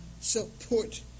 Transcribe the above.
support